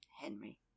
Henry